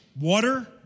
water